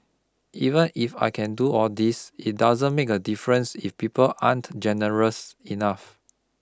even if I can do all this it doesn't make a difference if people aren't generous enough